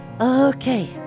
Okay